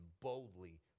boldly